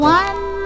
one